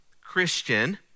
Christian